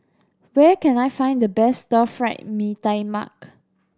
where can I find the best Stir Fry Mee Tai Mak